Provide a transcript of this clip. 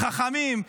חכמים,